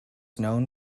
known